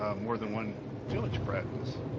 ah more than one tillage practice,